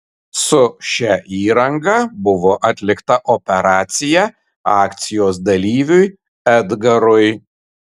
su šia įranga buvo atlikta operacija akcijos dalyviui edgarui